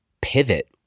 pivot